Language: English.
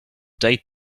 date